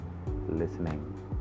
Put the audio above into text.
listening